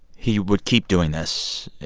he would keep doing this.